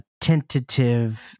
tentative